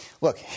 look